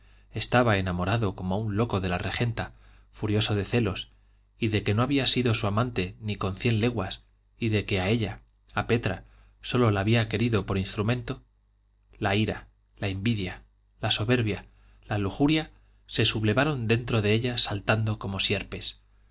estaba enamorado como un loco de la regenta furioso de celos y de que no había sido su amante ni con cien leguas y de que a ella a petra sólo la había querido por instrumento la ira la envidia la soberbia la lujuria se sublevaron dentro de ella saltando como sierpes